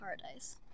Paradise